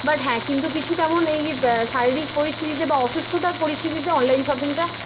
but হ্যাঁ কিন্তু কিছু কেমন এই শারীরিক পরিস্থিতিতে বা অসুস্থতার পরিস্থিতিতে অনলাইন শপিংটা